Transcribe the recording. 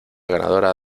ganadora